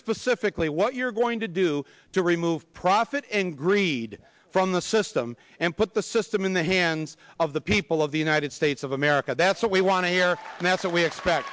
specifically what you're going to do to remove profit and greed from the system and put the system in the hands of the people of the united states of america that's what we want to hear and that's what we expect